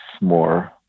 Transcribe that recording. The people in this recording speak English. more